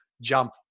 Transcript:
jump